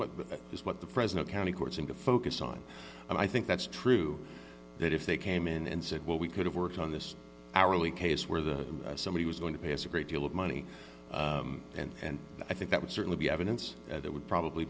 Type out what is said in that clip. what is what the fresno county courts and to focus on i think that's true that if they came in and said well we could have worked on this hourly case where that somebody was going to pass a great deal of money and i think that would certainly be evidence that would probably